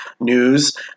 news